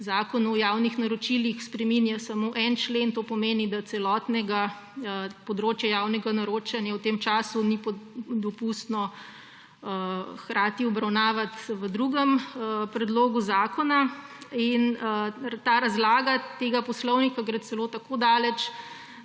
Zakonu o javnih naročilih spreminja samo en člen, to pomeni, da celotnega področja javnega naročanja v tem času ni dopustno hkrati obravnavati v drugem predlogu zakona. Ta razlaga tega poslovnika gre celo tako daleč,